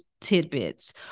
tidbits